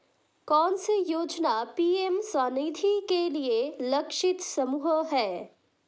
कौन सी योजना पी.एम स्वानिधि के लिए लक्षित समूह है?